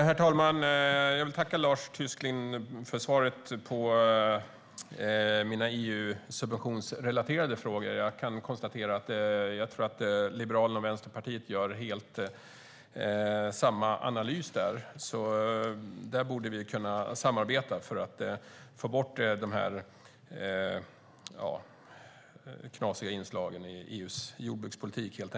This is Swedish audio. Herr talman! Jag vill tacka Lars Tysklind för svaret på mina frågor som var relaterade till EU-subventioner. Jag tror att Liberalerna och Vänsterpartiet gör samma analys i fråga om detta. Där borde vi kunna samarbeta för att helt enkelt få bort dessa knasiga inslag i EU:s jordbrukspolitik.